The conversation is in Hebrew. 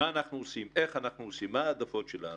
מה אנחנו עושים, איך אנחנו עושים, מה העדפות שלנו.